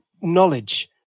knowledge